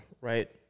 right